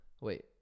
Wait